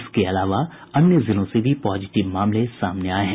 इसके अलावा अन्य जिलों से भी पॉजिटिव मामले सामने आये हैं